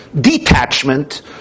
detachment